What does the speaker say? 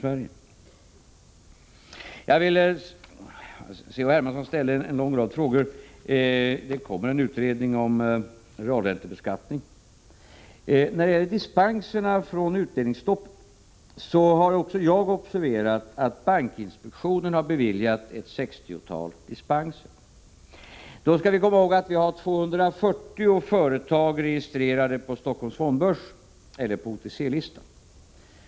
Hermansson ställde en lång rad frågor. Jag kan tala om att det kommer en utredning om realräntebeskattning. När det gäller dispenserna från utdelningsstoppet har också jag observerat att bankinspektionen har beviljat ett sextiotal dispenser. Vi skall då komma ihåg att det finns 240 företag registrerade på Stockholms fondbörs eller på OTC-listan.